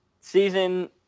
season